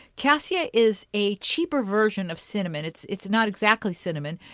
cassia is a cheaper version of cinnamon. it's it's not exactly cinnamon,